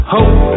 Hope